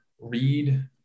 read